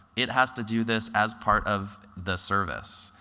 it has to do this as part of the service.